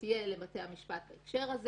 שתהיה לבתי המשפט בהקשר הזה.